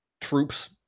troops